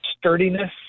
sturdiness